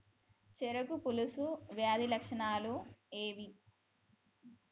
చెరుకు పొలుసు వ్యాధి లక్షణాలు ఏవి?